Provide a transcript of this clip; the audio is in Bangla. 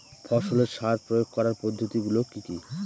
ফসলের সার প্রয়োগ করার পদ্ধতি গুলো কি কি?